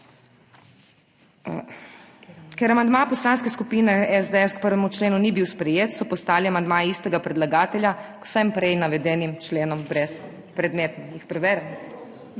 Ker amandma Poslanske skupine SDS k 1. členu ni bil sprejet, so postali amandmaji istega predlagatelja k vsem prej navedenim členom brezpredmetni.